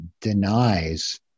denies